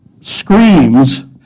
screams